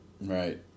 Right